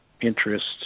interest